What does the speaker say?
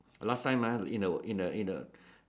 last time in a in A